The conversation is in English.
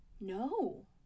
No